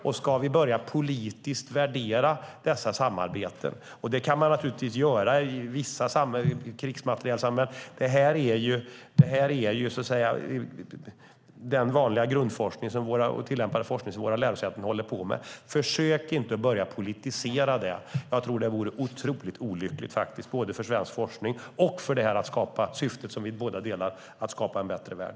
Man kan naturligtvis börja värdera dessa samarbeten politiskt, vilket vi gör i vissa sammanhang, till exempel när det gäller krigsmateriel, men detta är den vanliga grundforskning och den tillämpade forskning som våra lärosäten håller på med. Försök inte börja politisera det. Jag tror att det vore otroligt olyckligt både för svensk forskning och för det syfte som vi båda har, nämligen att skapa en bättre värld.